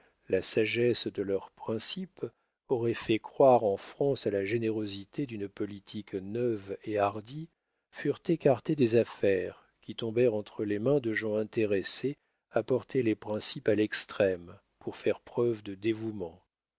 la sagesse de leurs principes auraient fait croire en france à la générosité d'une politique neuve et hardie furent écartées des affaires qui tombèrent entre les mains de gens intéressés à porter les principes à l'extrême pour faire preuve de dévouement